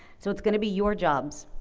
so it's going to be your jobs,